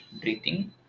breathing